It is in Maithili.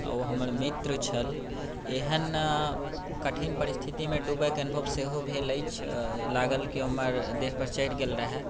आ ओ हमर मित्र छल एहन कठिन परिस्थितिमे डूबयके अनुभव सेहो भेल अछि लागल की ओ हमर देहपर चढ़ि गेल रहय